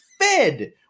fed